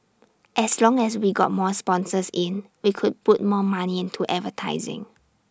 as long as we got more sponsors in we could put more money into advertising